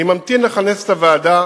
אני ממתין לכנס את הוועדה,